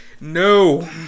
no